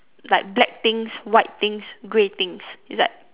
like black things white things grey things it's like